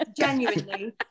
genuinely